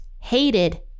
hated